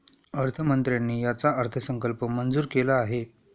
अर्थमंत्र्यांनी याचा अर्थसंकल्प मंजूर केला आहे